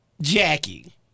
Jackie